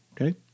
Okay